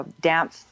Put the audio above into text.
damp